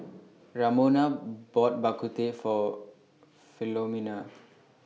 Ramona bought Bak Kut Teh For Philomena